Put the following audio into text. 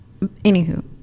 Anywho